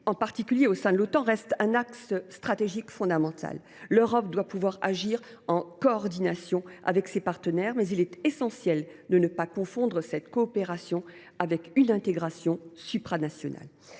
en particulier au sein de l’Otan, reste un axe stratégique fondamental. L’Europe doit pouvoir agir en coordination avec ses partenaires, mais il est essentiel de ne pas confondre cette coopération avec une intégration supranationale.